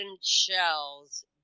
shells